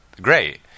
great